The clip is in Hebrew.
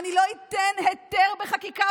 אני לא אתן היתר בחקיקה,